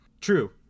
True